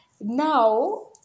now